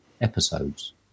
episodes